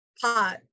pot